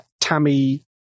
Tammy